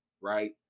right